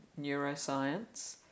neuroscience